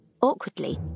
Awkwardly